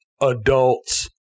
adults